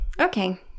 okay